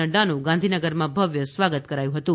નફાનું ગાંધીનગરમાં ભવ્ય સ્વાગત કરાયું હતું